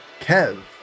Kev